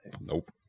Nope